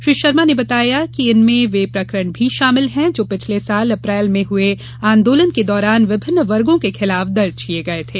श्री शर्मा ने बताया कि इन प्रकरणों में वे प्रकरण भी शामिल हैं जो पिछले साल अप्रैल में दलित आंदोलन के दौरान विभिन्न वर्गों के खिलाफ दर्ज किए गए थे